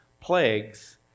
plagues